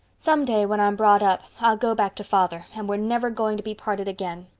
someday, when i'm brought up, i'll go back to father and we're never going to be parted again.